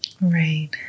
Right